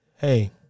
Hey